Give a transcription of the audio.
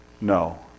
no